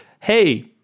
hey